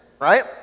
right